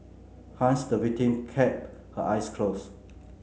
hence the victim kept her eyes closed